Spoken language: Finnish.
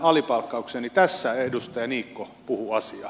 tässä edustaja niikko puhuu asiaa